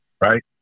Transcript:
right